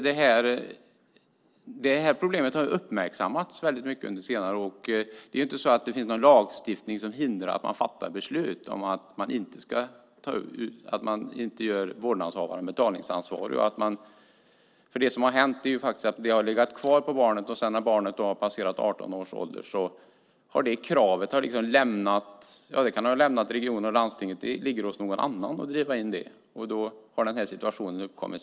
Det här problemet har uppmärksammats mycket under senare år. Det finns ingen lagstiftning som hindrar att man fattar beslut om att göra vårdnadshavaren betalningsansvarig. Det som har hänt är att skulden har legat kvar på barnet, och när barnet har passerat 18 års ålder kan kravet ha lämnat regionen och landstinget, så att det är någon annan som ska driva in det. Då har denna situation uppkommit.